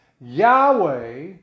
Yahweh